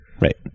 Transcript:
right